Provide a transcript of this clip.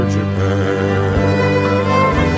Japan